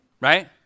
Right